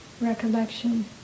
recollection